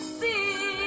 see